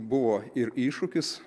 buvo ir iššūkis